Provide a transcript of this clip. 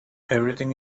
everything